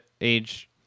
age